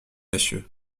messieurs